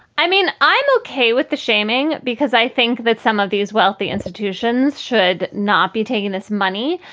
i mean, i'm okay with the shaming because i think that some of these wealthy institutions should not be taking this money.